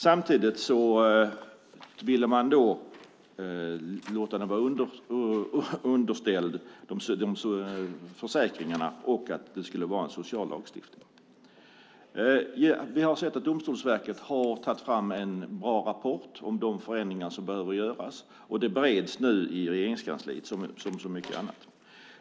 Samtidigt ville man då låta den vara underställd försäkringarna och att det skulle vara en sociallagstiftning. Domstolsverket har tagit fram en bra rapport om de förändringar som behöver göras. Detta bereds nu i Regeringskansliet, som så mycket annat.